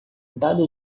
dado